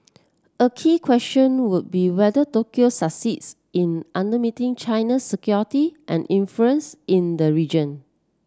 a key question would be whether Tokyo succeeds in under meeting China's security and influence in the region